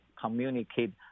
communicate